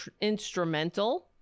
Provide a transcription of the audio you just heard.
instrumental